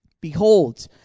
Behold